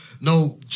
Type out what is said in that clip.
no